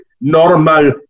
normal